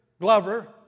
Glover